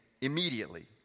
immediately